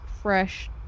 fresh